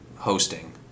Hosting